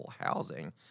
housing